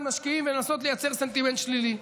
משקיעים ולנסות לייצר סנטימנט שלילי.